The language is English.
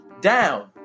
down